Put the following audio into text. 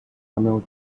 camel